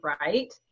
right